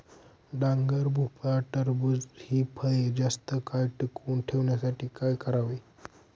डांगर, भोपळा, टरबूज हि फळे जास्त काळ टिकवून ठेवण्यासाठी काय करावे?